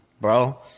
bro